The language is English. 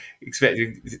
expecting